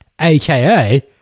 aka